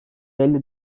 elli